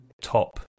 top